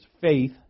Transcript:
faith